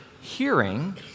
hearing